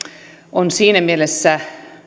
on siinä mielessä